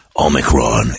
Omicron